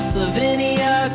Slovenia